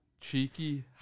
Cheeky